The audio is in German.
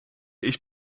ich